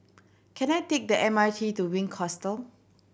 can I take the M R T to Wink Hostel